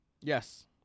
Yes